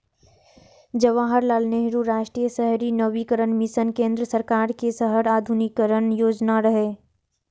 जवाहरलाल नेहरू राष्ट्रीय शहरी नवीकरण मिशन केंद्र सरकार के शहर आधुनिकीकरण योजना रहै